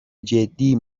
جدی